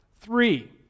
Three